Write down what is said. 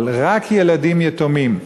אבל רק ילדים יתומים,